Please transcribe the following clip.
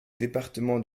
département